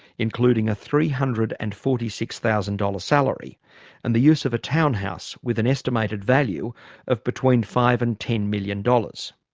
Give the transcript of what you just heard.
including a three hundred and forty six thousand dollars salary and the use of a townhouse with an estimated value of between five dollars and ten million dollars.